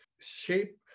Shape